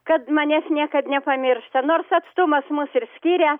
kad manęs niekad nepamiršta nors atstumas mus ir skiria